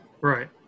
right